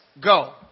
go